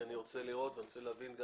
כי אני רוצה לראות ולהבין גם